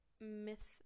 myth